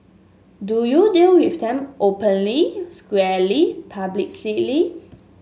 do you deal with them openly squarely publicly